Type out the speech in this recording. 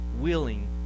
willing